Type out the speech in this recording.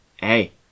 hey